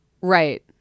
Right